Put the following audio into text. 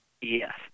Yes